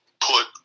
put